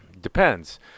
Depends